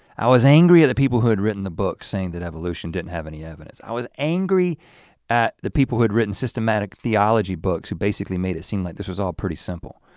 i was angry at the people who had written the book saying that evolution didn't have any evidence. i was angry at the people who had written systematic theology books who basically made it seem like this was all pretty simple.